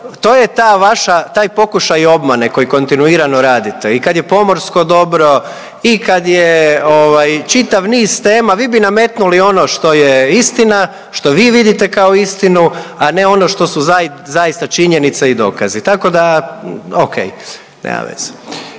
vaša, taj pokušaj obmane koji kontinuirano radite i kad je pomorsko dobro i kad je ovaj čitav niz tema, vi bi nametnuli ono što je istina što vi vidite kao istinu, a ne ono što su zaista činjenice i dokazi. Tako da, ok, nema veze.